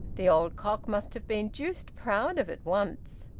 the old cock must have been deuced proud of it once!